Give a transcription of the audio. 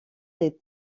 les